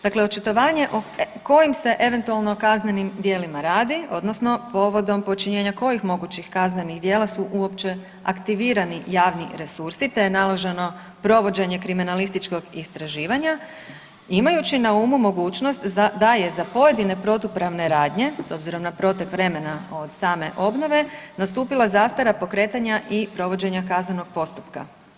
Dakle očitovanje o kojim se eventualno kaznenim djelima radi, odnosno povodom počinjenja kojih mogućih kaznenih djela su uopće aktivirani javni resursi, te je naloženo provođenje kriminalističkog istraživanja imajući na umu mogućnost da je za pojedine protupravne radnje s obzirom na protek vremena od same obnove nastupila zastara pokretanja i provođenja kaznenog postupka.